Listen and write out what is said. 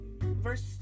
Verse